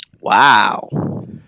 Wow